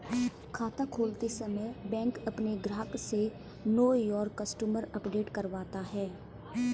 खाता खोलते समय बैंक अपने ग्राहक से नो योर कस्टमर अपडेट करवाता है